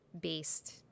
based